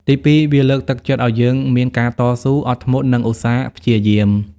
ទីពីរ វាលើកទឹកចិត្តឲ្យយើងមានការតស៊ូ អត់ធ្មត់ និងឧស្សាហ៍ព្យាយាម។